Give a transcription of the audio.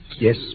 Yes